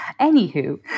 Anywho